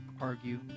argue